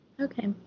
Okay